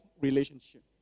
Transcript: relationship